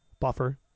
Buffer